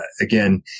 again